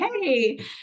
Hey